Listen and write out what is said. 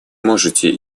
можете